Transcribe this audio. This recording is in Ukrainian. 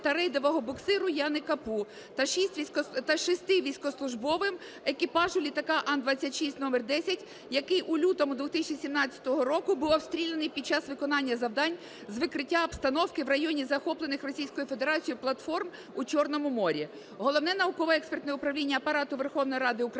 та рейдового буксиру "Яни Капу", та шести військовослужбовцям екіпажу літака "АН-26" (№ 10), який у лютому 2017 року був обстріляний під час виконання завдань з викриття обстановки в районі захоплених Російською Федерацією платформ у Чорному морі. Головне науково-експертне управління Апарату Верховної Ради України